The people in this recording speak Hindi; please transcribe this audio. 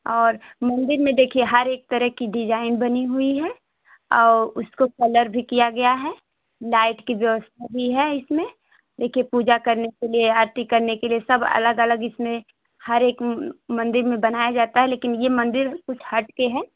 और मंदिर में देखिए हर एक तरह की डिजाइन बनी हुई है और उसको कलर भी किया गया है लाइट की जो है इसमें देखिए पूजा करने क लिए आरती करने के लिए सब अलग अलग इसमें हर एक मंदिर में बनाया जाता है लेकिन यह मंदिर हटकर है